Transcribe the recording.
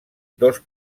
dos